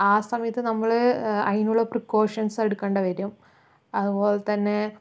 ആ സമയത്ത് നമ്മൾ അതിനുള്ള പ്രികോഷൻസ് എടുക്കേണ്ടിവരും അതുപോലെ തന്നെ